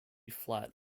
flat